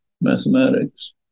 mathematics